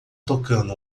tocando